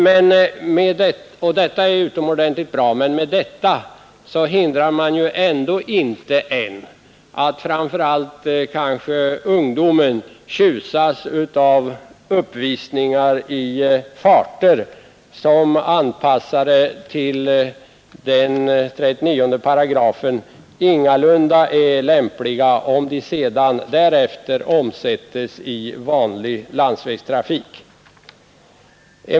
Detta är utomordentligt bra, men därmed hindrar man inte att framför allt ungdomen tjusas av uppvisningar i farter, som anpassade till 39 8 ingalunda är lämpliga, om de omsättes i vanlig landsvägstrafik.